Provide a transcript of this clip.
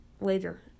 later